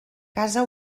casa